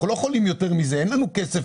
אנחנו לא יכולים לתת יותר מזה, אין לנו כסף.